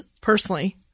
personally